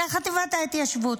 חטיבת ההתיישבות.